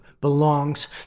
belongs